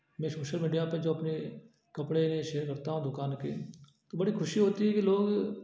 मैं social media पर जो अपने कपड़े मैं शेयर करता हूँ दुकान के तो बड़ी ख़ुशी होती है कि लोग